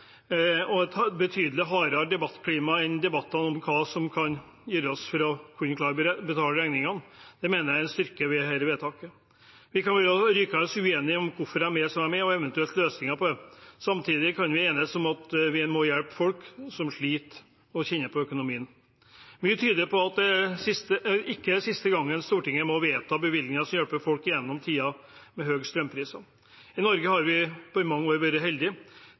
et betydelig hardere debattklima enn debatten om hva som kan gjøres for å kunne betale regningene. Det mener jeg er en styrke ved dette vedtaket. Vi kan være rykende uenige om hvorfor prisene er som de er, og om eventuelle løsninger på det. Samtidig som vi kan enes om at vi må hjelpe folk som sliter og kjenner på økonomien. Mye tyder på at det ikke er siste gang Stortinget må vedta bevilgninger som hjelper folk gjennom tider med høye strømpriser. I Norge har vi i mange år vært